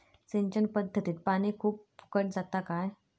सिंचन पध्दतीत पानी खूप फुकट जाता काय?